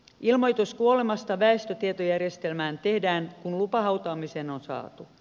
ilmoitus kuolemasta väestötietojärjestelmään tehdään kun lupa hautaamiseen on saatu